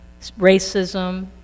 Racism